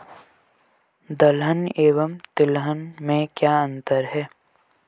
दलहन एवं तिलहन में क्या अंतर है?